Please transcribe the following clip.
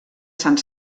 sant